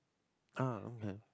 ah okay